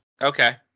Okay